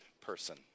person